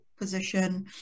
position